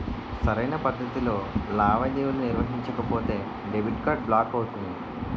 సరైన పద్ధతిలో లావాదేవీలు నిర్వహించకపోతే డెబిట్ కార్డ్ బ్లాక్ అవుతుంది